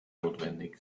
notwendig